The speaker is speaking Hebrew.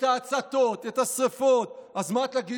את ההצתות, את השרפות, אז מה תגידו?